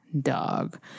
dog